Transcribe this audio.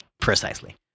precisely